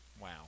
wow